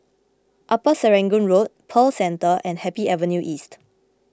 Upper Serangoon Road Pearl Centre and Happy Avenue East